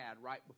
right